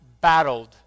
battled